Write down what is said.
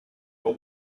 but